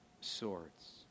swords